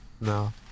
no